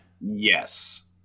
Yes